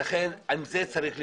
ולכן עם זה צריך להתמודד.